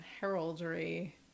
heraldry